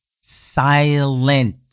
silent